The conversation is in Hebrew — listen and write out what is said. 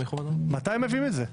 מתי מביאים את זה?